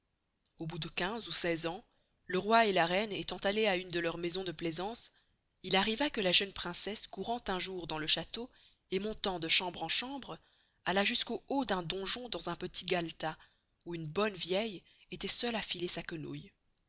au bout de quinze ou seize ans le roi et la reine estant allez à une de leurs maisons de plaisance il arriva que la jeune princesse courant un jour dans le château et montant de chambre en chambre alla jusqu'au haut du donjon dans un petit galletas où une bonne vieille estoit seule à filer sa quenoüille